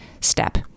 step